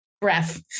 breath